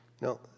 No